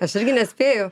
aš irgi nespėju